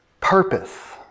Purpose